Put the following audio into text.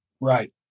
Right